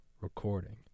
recording